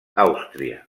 àustria